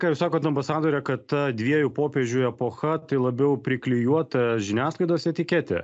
ką jūs sakot ambasadore kad ta dviejų popiežių epocha tai labiau priklijuota žiniasklaidos etiketė